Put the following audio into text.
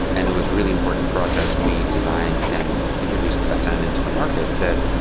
and it was really important for us as we designed and introduced ascend into the market that,